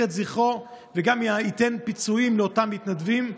את זכרו וגם ייתן פיצויים לאותם מתנדבים.